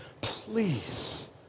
Please